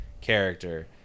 character